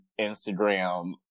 Instagram